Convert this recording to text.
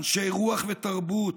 אנשי רוח ותרבות,